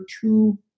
two